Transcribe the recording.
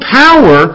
power